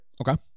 Okay